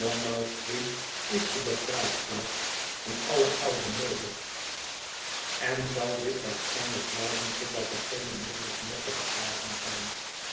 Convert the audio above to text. is de begraafplaats van alle oude modes en zal dit waarschijnlijk blijven totdat er geene modes meer te begraven zijn